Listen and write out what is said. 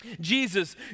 Jesus